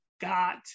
got